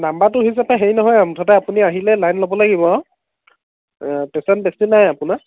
নাম্বাৰটো হিচাপে হেৰি নহয় আৰু মুঠতে আপুনি আহিলে লাইন ল'ব লাগিব আৰু পেচেণ্ট বেছি নাই আপোনাৰ